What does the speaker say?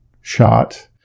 shot